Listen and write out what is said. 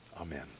amen